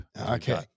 Okay